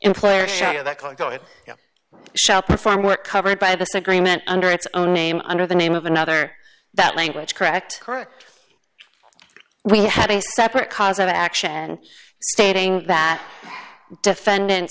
shall perform were covered by this agreement under its own name under the name of another that language correct correct we had a separate cause of action stating that defendant